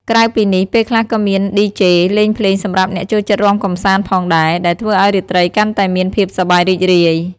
ក្រៅពីនេះ ពេលខ្លះក៏មាន ឌីជេ លេងភ្លេងសម្រាប់អ្នកចូលចិត្តរាំកម្សាន្តផងដែរ ដែលធ្វើឲ្យរាត្រីកាន់តែមានភាពសប្បាយរីករាយ។